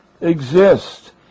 exist